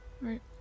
Right